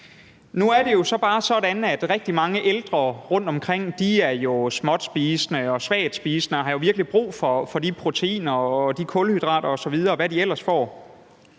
Nu er det jo så bare sådan, at rigtig mange ældre rundtomkring er småtspisende og svagtspisende, og at de jo virkelig har brug for de proteiner og de kulhydrater, og hvad de ellers får.